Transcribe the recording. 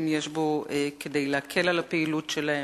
יש בו כדי להקל על הפעילות שלהם,